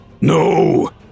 No